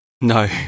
No